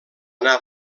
anar